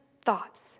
thoughts